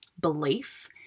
belief